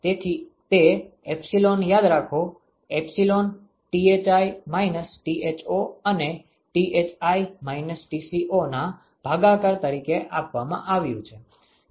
તેથી તે એપ્સીલોન યાદ રાખો એપ્સીલોન Thi - Tho અને Thi - Tco ના ભાગાકાર તરીકે આપવામાં આવ્યું છે